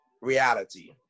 reality